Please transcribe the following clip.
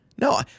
No